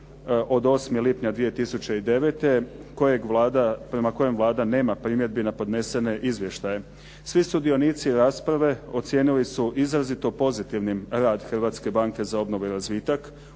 od 8. lipnja 2009. prema kojem Vlada nema primjedbi na podnesene izvještaje. Svi sudionici rasprave ocijenili su izrazito pozitivnim rad Hrvatske banke za obnovu i razvitak